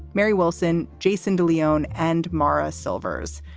mary wilson, jason de leon and morra silvers.